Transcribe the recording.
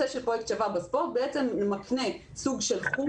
הפרויקט "שווה בספורט" הוא בעצם סוג של חוג